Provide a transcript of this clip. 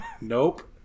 Nope